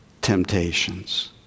temptations